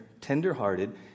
tenderhearted